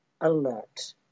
alert